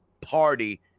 party